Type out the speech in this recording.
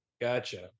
Gotcha